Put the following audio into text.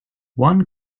one